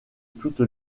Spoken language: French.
toute